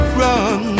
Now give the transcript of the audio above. run